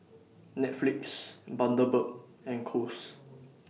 Netflix Bundaberg and Kose